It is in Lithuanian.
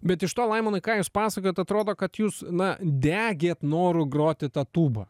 bet iš to laimonai ką jūs pasakojat atrodo kad jūs na degėt noru groti ta tūba